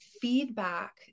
feedback